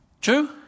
True